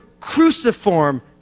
cruciform